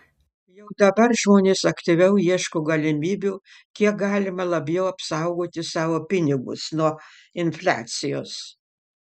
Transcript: jau dabar žmonės aktyviau ieško galimybių kiek galima labiau apsaugoti savo pinigus nuo infliacijos